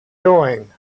doing